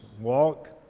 walk